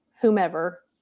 whomever